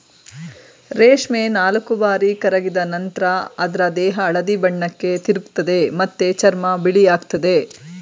ರೇಷ್ಮೆ ನಾಲ್ಕುಬಾರಿ ಕರಗಿದ ನಂತ್ರ ಅದ್ರ ದೇಹ ಹಳದಿ ಬಣ್ಣಕ್ಕೆ ತಿರುಗ್ತದೆ ಮತ್ತೆ ಚರ್ಮ ಬಿಗಿಯಾಗ್ತದೆ